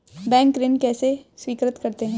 Bank ऋण कैसे स्वीकृत करते हैं?